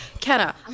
Kenna